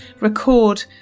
record